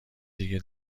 دیگه